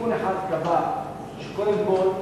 תיקון אחד קבע שקודם כול,